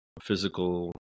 physical